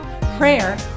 prayer